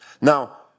Now